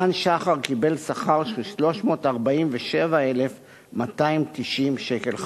ושחר אילן קיבל שכר של 347,290 ש"ח.